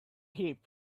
heap